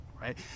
right